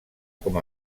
com